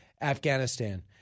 Afghanistan